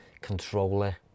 controller